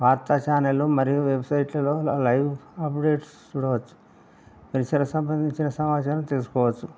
వార్తా చానళ్ళు మరియు వెబ్సైట్లలో ఇలా లైవ్ అప్డేట్స్ చూడవచ్చు పరిసర సంబంధించిన సమాచారం తెసుకోవచ్చు